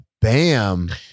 bam